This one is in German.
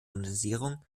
modernisierung